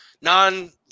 non